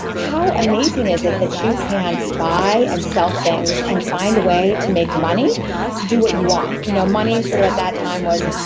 amazing is it that you can buy and sell things and find a way to make money to do what you want. you know money, sort of at that time, was.